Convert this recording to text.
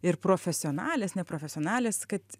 ir profesionalės neprofesionalės kad